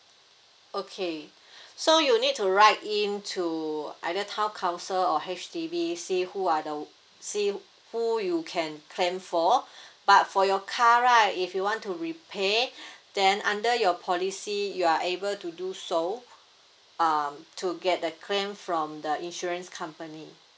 okay so you need to write in to either town council or H_D_B see who are the see who you can claim for but for your car right if you want to repair then under your policy you are able to do so um to get the claim from the insurance company